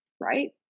right